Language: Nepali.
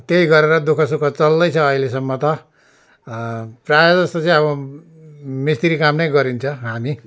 त्यही गरेर दु ख सुख चल्दैछ अहिलेसम्म त प्रायः जस्तो चाहिँ अब मिस्तिरी काम नै गरिन्छ हामी